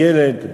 יום הילד.